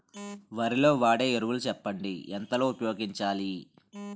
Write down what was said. వరిలో వాడే ఎరువులు చెప్పండి? ఎంత లో ఉపయోగించాలీ?